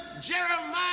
Jeremiah